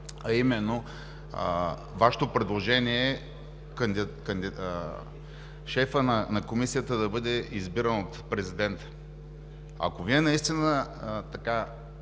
а именно Вашето предложение шефът на комисията да бъде избиран от президента. Ако Вие наистина имахте